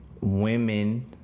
women